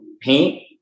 paint